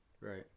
Right